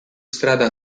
strada